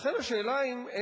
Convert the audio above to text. לכן השאלה היא,